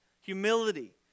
humility